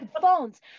phones